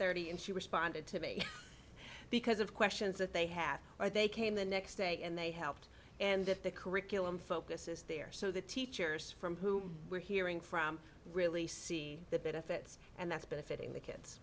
thirty and she responded to me because of questions that they had or they came the next day and they helped and that the curriculum focuses there so the teachers from whom we're hearing from really see the benefits and that's benefiting the kids